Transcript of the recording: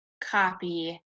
copy